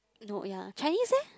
no ya Chinese eh